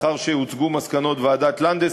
לאחר שהוצגו מסקנות ועדת לנדס,